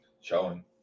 showing